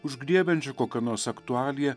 užgriebiančiu kokią nors aktualiją